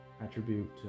attribute